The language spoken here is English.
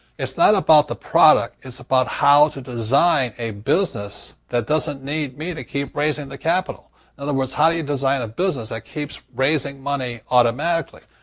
it's not about the product. it's about how to design a business that doesn't need me to keep raising the capital. in other words, how do you design a business that keeps raising money automatically?